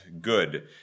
good